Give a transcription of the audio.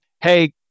hey